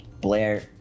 Blair